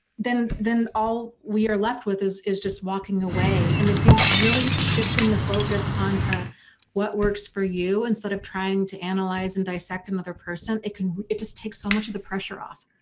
then then all we are left with is is just walking away and they think really shifting the focus onto what works for you, instead of trying to analyze and dissect another person it can. it just takes so much of the pressure off.